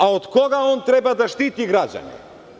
A od koga on treba da štiti građane?